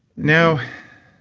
now,